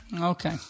Okay